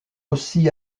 aussi